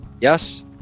yes